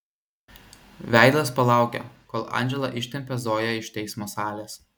veidas palaukia kol andžela ištempia zoją iš teismo salės